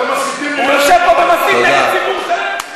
הוא יושב פה ומסית נגד ציבור שלם.